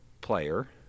player